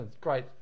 great